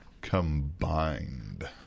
combined